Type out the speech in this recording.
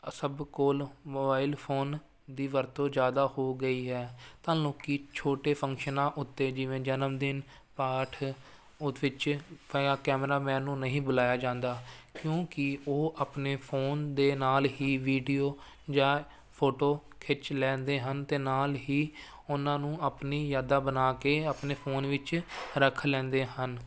ਸਭ ਕੋਲ mobile phone ਦੀ ਵਰਤੋਂ ਜ਼ਿਆਦਾ ਹੋ ਗਈ ਹੈ ਤੁਹਾਨੂੰ ਕਿ ਛੋਟੇ ਫੰਕਸ਼ਨਾਂ ਉੱਤੇ ਜਿਵੇਂ ਜਨਮਦਿਨ ਪਾਠ ਉਸ ਵਿੱਚ ਕੈਮਰਾਮੈਨ ਨੂੰ ਨਹੀਂ ਬੁਲਾਇਆ ਜਾਂਦਾ ਕਿਉਂਕਿ ਉਹ ਆਪਣੇ ਫੋਨ ਦੇ ਨਾਲ ਹੀ ਵੀਡੀਓ ਜਾਂ ਫੋਟੇ ਖਿੱਚ ਲੈਂਦੇ ਹਨ ਅਤੇ ਨਾਲ ਹੀ ਉਹਨਾਂ ਨੂੰ ਆਪਣੀ ਯਾਦਾਂ ਬਣਾ ਕੇ ਆਪਣੇ ਫੋਨ ਵਿੱਚ ਰੱਖ ਲੈਂਦੇ ਹਨ